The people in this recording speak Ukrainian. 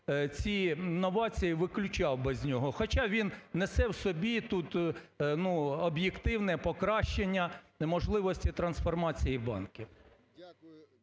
ці новації виключав би з нього. Хоча він несе в собі тут, ну, об'єктивне покращання можливості трансформації банків.